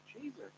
Jesus